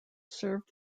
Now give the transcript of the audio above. served